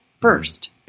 first